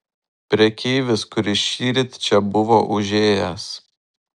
prekeivis kuris šįryt čia buvo užėjęs